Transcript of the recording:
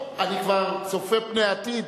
אני כבר צופה פני עתיד,